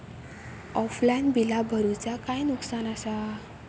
Offline बिला भरूचा काय नुकसान आसा?